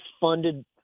funded –